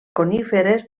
coníferes